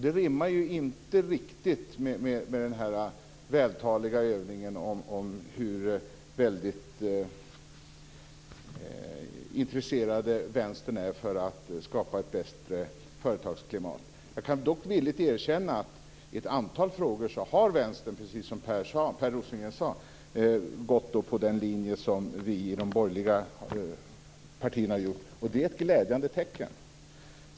Det rimmar inte riktigt med den här vältaliga övningen om hur väldigt intresserade Vänstern är av att skapa ett bättre företagsklimat. Jag kan dock villigt erkänna att i ett antal frågor har Vänstern, precis som Per Rosengren sade, gått på den linje som vi i de borgerliga partierna har gjort. Det är ett glädjande tecken.